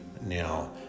now